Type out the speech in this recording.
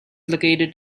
located